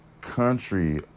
country